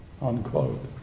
unquote